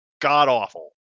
god-awful